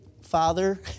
Father